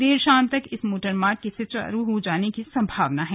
देर शाम तक इस मोटरमार्ग के सुचारू होने की सम्भावना है